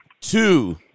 two